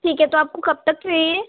ٹھیک ہے تو آپ کو کب تک چاہیے